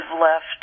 left